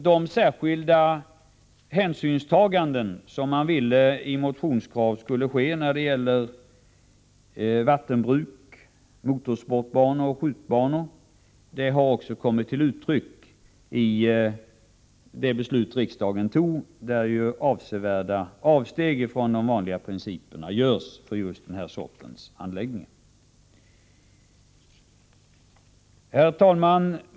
De särskilda hänsynstaganden som man i motioner föreslår skall tas när det gäller vattenbruk, motorsportbanor och skjutbanor har också kommit till uttryck i det beslut som riksdagen fattade och genom vilket avsevärda avsteg från de vanliga principerna görs för den här sortens anläggningar. Herr talman!